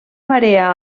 marea